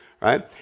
right